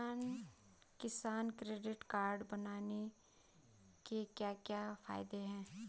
किसान credit card बनाने के क्या क्या फायदे हैं?